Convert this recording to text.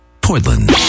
Portland